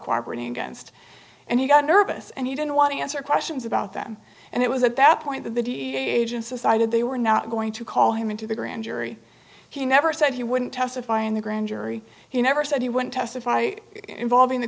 cooperating against and he got nervous and he didn't want to answer questions about them and it was at that point that the dea agents decided they were not going to call him into the grand jury he never said he wouldn't testify in the grand jury he never said he went testify involving the